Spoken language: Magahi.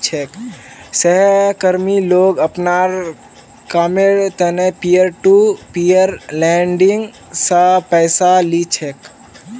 सहकर्मी लोग अपनार कामेर त न पीयर टू पीयर लेंडिंग स पैसा ली छेक